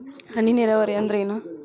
ಹನಿ ನೇರಾವರಿ ಅಂದ್ರ ಏನ್?